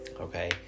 okay